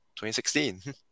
2016